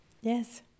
Yes